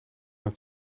het